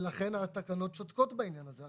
לכן התקנות שותקות בעניין הזה.